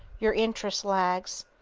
your interest lags.